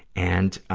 and, ah,